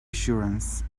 assurance